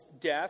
death